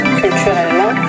culturellement